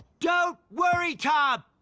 don't worry tom,